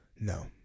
No